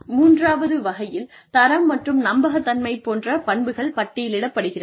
மூன்றாவது வகையில் தரம் மற்றும் நம்பகத்தன்மை போன்ற பண்புகள் பட்டியலிடப்படுகிறது